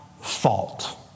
fault